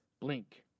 blink